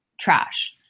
trash